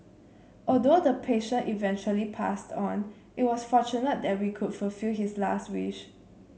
although the patient eventually passed on it was fortunate that we could fulfil his last wish